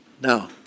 Now